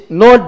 no